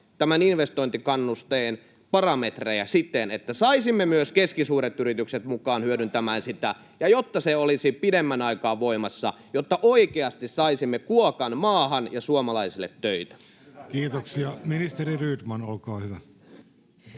tämän investointikannusteen parametrejä siten, että saisimme myös keskisuuret yritykset mukaan hyödyntämään sitä ja se olisi pidemmän aikaa voimassa, jotta oikeasti saisimme kuokan maahan ja suomalaisille töitä? [Speech 61] Speaker: Jussi Halla-aho